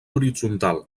horitzontal